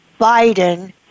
biden